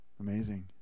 amazing